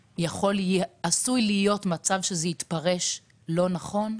ועשוי להיות מצב שזה יתפרש לא נכון,